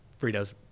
Fritos